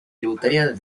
tributaria